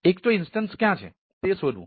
એક તો ઇન્સ્ટન્સ ક્યાં છે તે શોધવું